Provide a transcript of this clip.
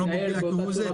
לא מפריע כהוא זה?